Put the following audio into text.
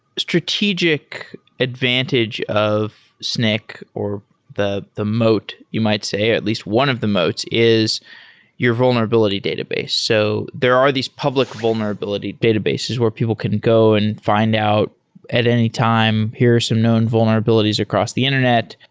strategic advantage of snyk, or the the moat, you might say, or at least one of the moats, is your vulnerability database. so there are these public vulnerability databases where people can go and fi nd out at any time, here are some known vulnerabilities across the internet.